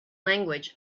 language